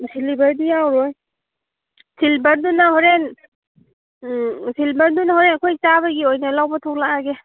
ꯁꯤꯂꯤꯕꯔꯗꯤ ꯌꯥꯎꯔꯣꯏ ꯁꯤꯜꯕꯔꯗꯨꯅ ꯍꯣꯔꯦꯟ ꯁꯤꯜꯕꯔꯗꯨꯅ ꯍꯣꯔꯦꯟ ꯑꯩꯈꯣꯏ ꯆꯥꯕꯒꯤ ꯑꯣꯏꯅ ꯂꯧꯕ ꯊꯣꯛꯂꯛꯑꯒꯦ